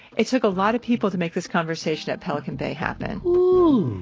it took a lot of people to make this conversation at pelican bay happen.